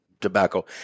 tobacco